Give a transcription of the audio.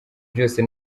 byose